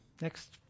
Next